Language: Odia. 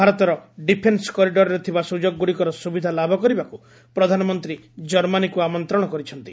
ଭାରତର ଡିଫେନ୍ କରିଡ଼ରରେ ଥିବା ସୁଯୋଗଗୁଡ଼ିକର ସୁବିଧା ଲାଭ କରିବାକୁ ପ୍ରଧାନମନ୍ତ୍ରୀ ଜର୍ମାନୀକୁ ଆମନ୍ତ୍ରଣ କରିଛନ୍ତି